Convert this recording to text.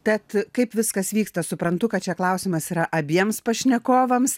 tad kaip viskas vyksta suprantu kad čia klausimas yra abiems pašnekovams